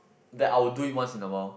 that I will do it once in a while